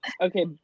Okay